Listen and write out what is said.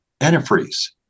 antifreeze